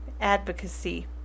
Advocacy